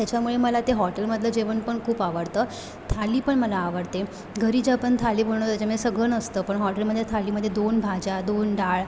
त्याच्यामुळे मला ते हॉटेलमधलं जेवण पण खूप आवडतं थाळी पण मला आवडते घरी जे आपण थाळी बनवतो त्याच्यामध्ये सगळं नसतं पण हॉटेलमधल्या थाळीमध्ये दोन भाज्या दोन डाळ